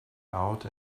out